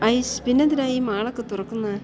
ഐശ് പിന്നെന്തിനാ ഈ മാളൊക്കെ തുറക്കുന്നത്